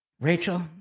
Rachel